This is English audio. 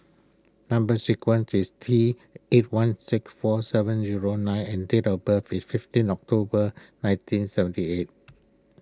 Number Sequence is T eight one six four seven zero nine and date of birth is fifteen October nineteen seventy eight